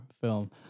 film